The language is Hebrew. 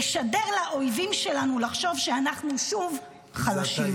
לשדר לאויבים שלנו לחשוב שאנחנו שוב חלשים.